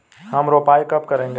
हम रोपाई कब करेंगे?